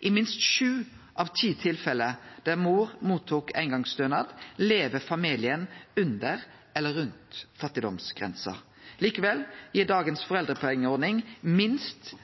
I minst sju av ti tilfelle der mor fekk eingongsstønad, lever familien under eller rundt fattigdomsgrensa. Likevel gir dagens foreldrepengeordning minst